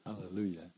hallelujah